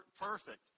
perfect